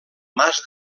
mas